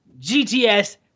GTS